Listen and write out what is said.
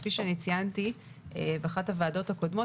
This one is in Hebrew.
כפי שציינתי באחת מישיבות הוועדה הקודמות,